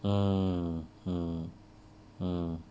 mm mm mm